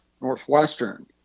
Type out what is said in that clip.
Northwestern